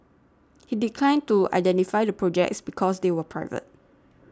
he declined to identify the projects because they were private